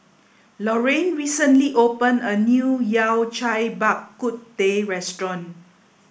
Lorine recently opened a new Yao Cai Bak Kut Teh Restaurant